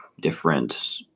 different